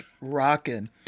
rocking